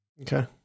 Okay